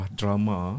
drama